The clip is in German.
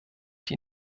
die